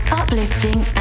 uplifting